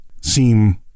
seem